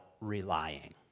relying